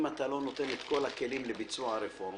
אם אתה לא נותן את כל הכלים לביצוע הרפורמה,